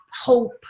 hope